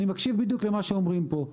אני מקשיב בדיוק למה שאומרים פה,